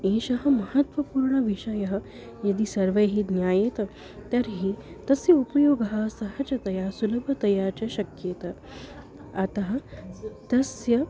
एषः महत्त्वपूर्णविषयः यदि सर्वैः ज्ञायेत तर्हि तस्य उपयोगः सहजतया सुलभतया च शक्येत अतः तस्य